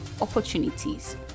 opportunities